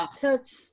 touch